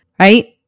right